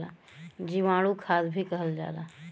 जीवाणु खाद भी कहल जाला